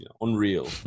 unreal